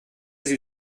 sie